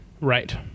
Right